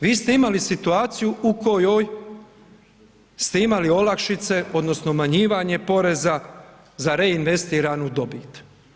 Vi ste imali situaciju u kojoj ste imali olakšice odnosno umanjivanje poreza za reinvestiranu dobit.